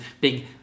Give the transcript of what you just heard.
big